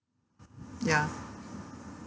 ya